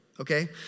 okay